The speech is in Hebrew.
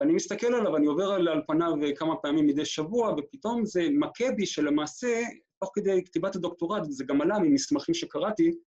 אני מסתכל עליו, אני עובר על פניו כמה פעמים מדי שבוע, ופתאום זה מכה בי שלמעשה, תוך כדי כתיבת הדוקטורט, זה גם עלה ממסמכים שקראתי.